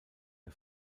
der